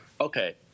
Okay